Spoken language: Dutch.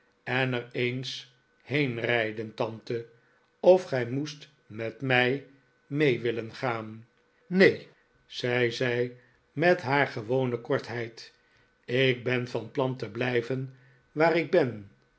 en er eens heen rijden tante of gij moest met mij mee willen gaan neen zei zij met haar gewone kortheid ik ben van plan te blijven waar ik ben